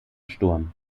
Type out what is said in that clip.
sturm